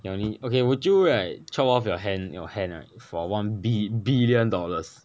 you can only okay would you right chop off your hand your hand right for one bi~ billion dollars